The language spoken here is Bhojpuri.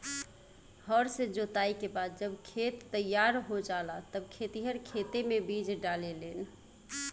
हर से जोताई के बाद जब खेत तईयार हो जाला तब खेतिहर खेते मे बीज डाले लेन